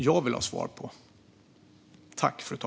Jag vill ha svar på min fråga.